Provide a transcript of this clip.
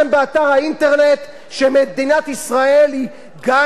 שמדינת ישראל היא גן-עדן לקהילה הגאה.